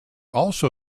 also